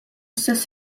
istess